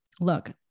look